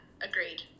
agreed